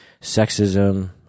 sexism